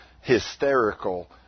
hysterical